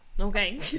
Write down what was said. Okay